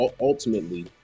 ultimately